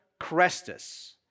Crestus